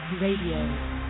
Radio